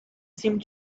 seemed